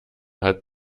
hat